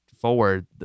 forward